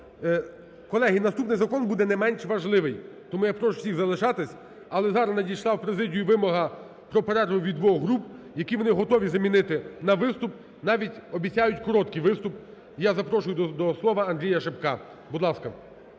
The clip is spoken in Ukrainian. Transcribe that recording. Колеги, наступний закон буде не менш важливий. Тому я прошу всіх залишатись. Але зараз надійшла в президію вимога про перерву від двох груп, які вони готові замінити на виступ, навіть обіцяють короткий виступ. Я запрошую до слова Андрія Шипка. Будь ласка.